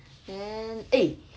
then eh